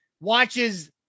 watches